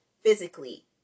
physically